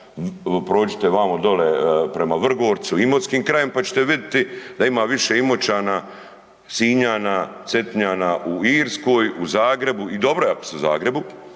prođite vamo dole prema Vrgorcu imotskim krajem pa ćete vidjeti da ima više Imoćana, Sinjana, Cetinjana u Irskoj, u Zagrebu i dobro je ako su u Zagrebu,